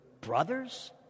brothers